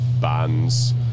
bands